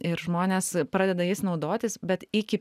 ir žmonės pradeda jais naudotis bet iki